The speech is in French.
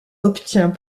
obtient